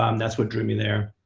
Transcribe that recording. um that's what drew me there.